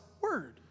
word